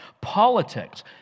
politics